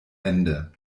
ende